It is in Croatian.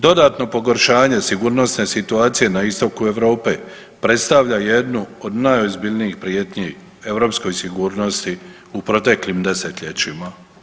Dodatno pogoršanje sigurnosne situacije na istoku Europe predstavlja jednu od najozbiljnijih prijetnji europskoj sigurnosti u proteklim desetljećima.